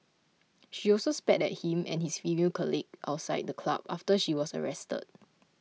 she also spat at him and his female colleague outside the club after she was arrested